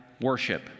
worship